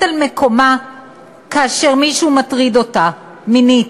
על מקומה כאשר מישהו מטריד אותה מינית,